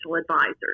advisors